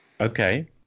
okay